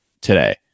today